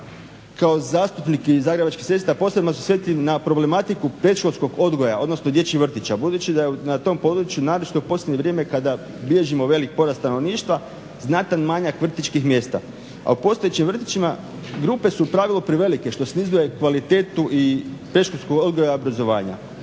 Kao zastupnik i zagrebačkih cesta posebno se sjetim na problematiku predškolskog odgoja, odnosno dječjih vrtića. Budući da je na tom području naročito u posljednje vrijeme kada bilježimo velik porast stanovništva znatan manjak vrtićkih mjesta, a u postojećim vrtićima grupe su u pravilu prevelike što snizuje kvalitetu i predškolskog odgoja i obrazovanja.